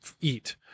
eat